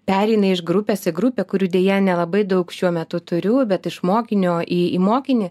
pereina iš grupės į grupę kurių deja nelabai daug šiuo metu turiu bet iš mokinio į į mokinį